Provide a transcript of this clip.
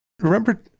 remember